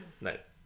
Nice